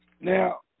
now